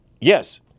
Yes